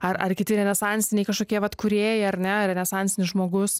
ar ar kiti renesansiniai kažkokie vat kūrėjai ar ne renesansinis žmogus